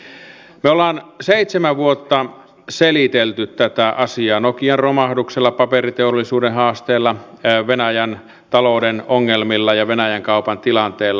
me olemme seitsemän vuotta selitelleet tätä asiaa nokian romahduksella paperiteollisuuden haasteilla venäjän talouden ongelmilla ja venäjän kaupan tilanteella